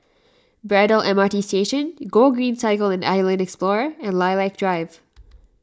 Braddell M R T Station Gogreen Cycle and Island Explorer and Lilac Drive